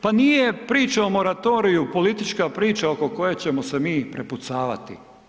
Pa nije priča o moratoriju politička priča oko koje ćemo se mi prepucavati.